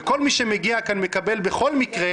וכל מי שמגיע לכאן מקבל דרכון בכל מקרה